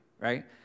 right